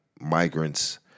migrants